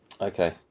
Okay